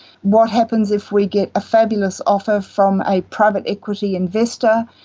what happens if we get a fabulous offer from a private equity investor,